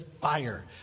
fire